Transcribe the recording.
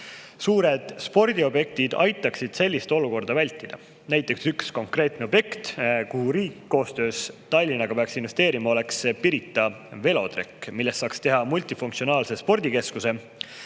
Suured spordiobjektid aitaksid sellist olukorda vältida. Näiteks üks objekt, kuhu peaks riik koostöös Tallinna linnaga investeerima, on Pirita velotrekk, millest saaks teha multifunktsionaalse spordikeskuse.